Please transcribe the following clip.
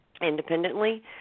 independently